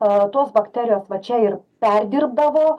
a tos bakterijos va čia ir perdirbdavo